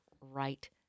right